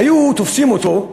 היו תופסים אותו,